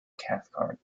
cathcart